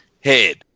head